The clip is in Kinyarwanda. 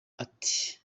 ati